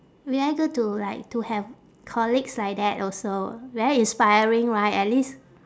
very good to like to have colleagues like that also very inspiring right at least